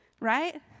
Right